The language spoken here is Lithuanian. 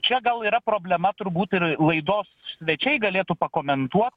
čia gal yra problema turbūt ir laidos svečiai galėtų pakomentuot